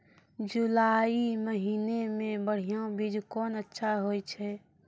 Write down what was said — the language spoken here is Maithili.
जुलाई महीने मे बढ़िया बीज कौन अच्छा होय छै?